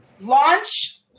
launch